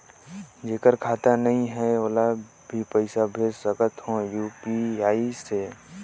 जेकर खाता नहीं है ओला भी पइसा भेज सकत हो यू.पी.आई से?